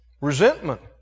Resentment